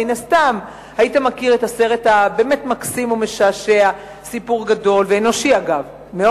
מן הסתם היית מכיר את הסרט הבאמת מקסים ומשעשע "סיפור גדול" מאוד אנושי,